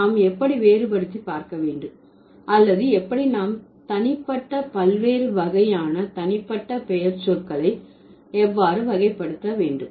நாம் எப்படி வேறுபடுத்தி பார்க்க வேண்டும் அல்லது எப்படி நாம் தனிப்பட்ட பல்வேறு வகையான தனிப்பட்ட பெயர்ச்சொற்களை எவ்வாறு வகைப்படுத்த வேண்டும்